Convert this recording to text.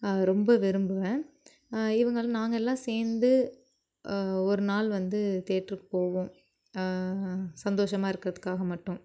ரொம்ப விரும்புவேன் இவங்களா நாங்கெல்லாம் சேர்ந்து ஒரு நாள் வந்து தேட்ருக்கு போவோம் சந்தோஷமாக இருக்கிறதுக்காக மட்டும்